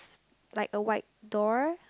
like a white door